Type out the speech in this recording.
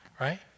right